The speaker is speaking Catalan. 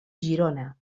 girona